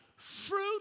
Fruit